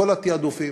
בכל התעדופים,